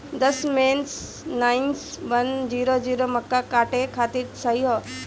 दशमेश nine one zero zero मक्का काटे खातिर सही ह?